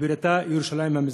שבירתה ירושלים המזרחית.